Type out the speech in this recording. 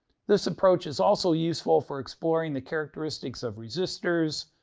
this approach is also useful for exploring the characteristics of resistors,